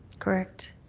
correct.